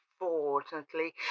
unfortunately